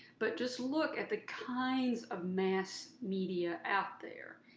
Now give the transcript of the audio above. but just look at the kinds of mass media out there.